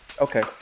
Okay